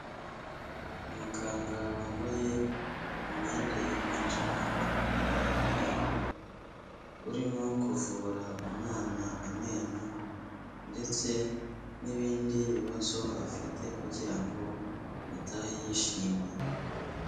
Umuganga wambaye imyenda yiganjemo amabara y'umweru urimo kuvura umwana amenyo ndetse n'ibindi bibazo afite kugira ngo atahe yishimye.